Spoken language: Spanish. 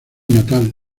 natal